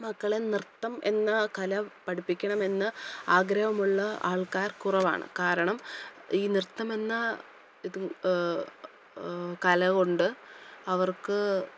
മക്കളെ നൃത്തം എന്ന കല പഠിപ്പിക്കണമെന്ന് ആഗ്രഹമുള്ള ആൾക്കാർ കുറവാണ് കാരണം ഈ നൃത്തമെന്ന ഇതും കല കൊണ്ട് അവർക്ക്